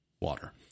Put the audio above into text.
water